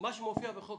מה שמופיע בו,